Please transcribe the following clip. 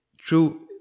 true